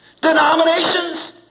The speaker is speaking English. Denominations